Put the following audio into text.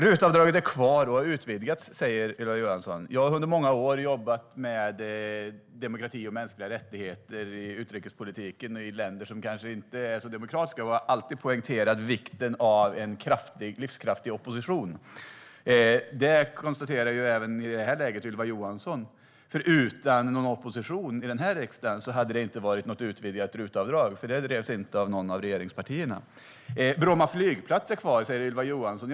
RUT-avdraget är kvar och har utvidgats, säger Ylva Johansson. Jag har under många år jobbat med demokrati och mänskliga rättigheter i utrikespolitiken i länder som kanske inte är så demokratiska. Jag har alltid poängterat vikten av en livskraftig opposition. Det konstaterar även Ylva Johansson i det här läget, för utan någon opposition i riksdagen hade det inte varit något utvidgat RUT-avdrag. Det drevs nämligen inte av något av regeringspartierna. Bromma flygplats är kvar, säger Ylva Johansson.